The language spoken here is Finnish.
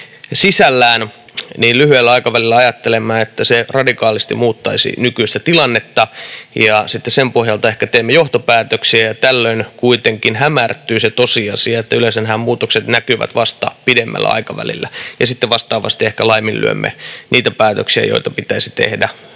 sisällään, niin lyhyellä aikavälillä ajattelemme, että se radikaalisti muuttaisi nykyistä tilannetta, ja sitten sen pohjalta ehkä teemme johtopäätöksiä. Tällöin kuitenkin hämärtyy se tosiasia, että yleensähän nämä muutokset näkyvät vasta pidemmällä aikavälillä, jolloin sitten vastaavasti ehkä laiminlyömme niitä päätöksiä, joita pitäisi tehdä